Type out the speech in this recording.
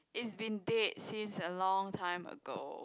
it's been dead since a long time ago